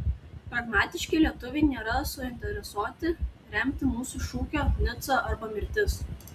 pragmatiški lietuviai nėra suinteresuoti remti mūsų šūkio nica arba mirtis